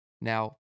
Now